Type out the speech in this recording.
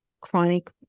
chronic